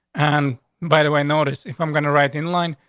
and by the way, notice if i'm going to write in line,